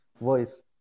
voice